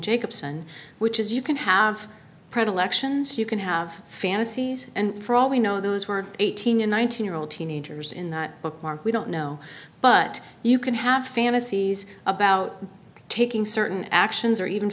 jacobson which is you can have predilections you can have fantasies and for all we know those who are eighteen and nineteen year old teenagers in the book mark we don't know but you can have fantasies about taking certain actions or even